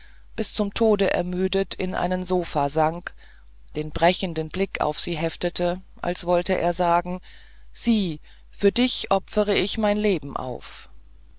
bis zum tode ermüdet in einen sofa sank den brechenden blick auf sie heftete als wollte er sagen sieh für dich opfere ich mein leben auf